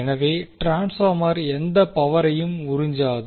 எனவே ட்ரான்ஸ்பார்மர் எந்த பவரையும் உறிஞ்சாது